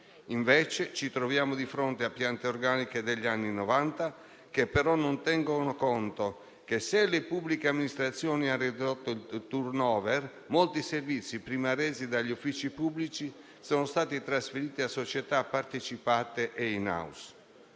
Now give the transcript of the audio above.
ci troviamo di fronte a piante organiche degli anni Novanta, che non tengono conto del fatto che, se le pubbliche amministrazioni hanno ridotto il *turnover*, molti servizi prima resi dagli uffici pubblici sono stati trasferiti a società partecipate e *in house*.